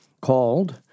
called